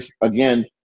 again